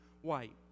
white